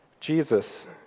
Jesus